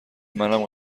منم